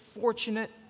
fortunate